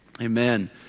amen